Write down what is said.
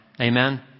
Amen